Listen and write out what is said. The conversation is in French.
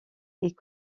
est